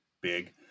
big